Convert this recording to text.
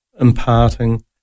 imparting